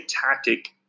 tactic